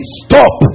stop